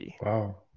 Wow